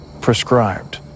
prescribed